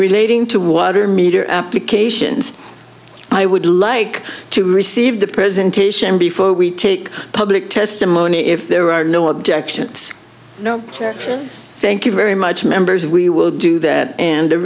relating to water meter applications i would like to receive the presentation before we take public testimony if there are no objections no thank you very much members we will do that and the